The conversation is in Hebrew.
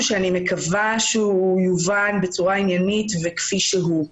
שאני מקווה שהוא יובן בצורה עניינית וכפי שהוא.